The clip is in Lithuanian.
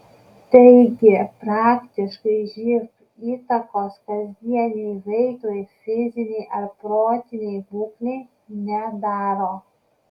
taigi praktiškai živ įtakos kasdienei veiklai fizinei ar protinei būklei nedaro